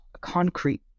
concrete